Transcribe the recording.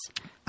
Yes